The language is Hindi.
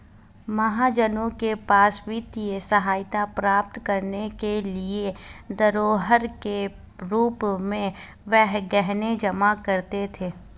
महाजनों के पास वित्तीय सहायता प्राप्त करने के लिए धरोहर के रूप में वे गहने जमा करते थे